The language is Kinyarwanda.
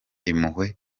impuhwe